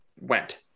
went